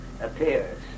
appears